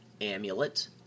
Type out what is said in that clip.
Amulet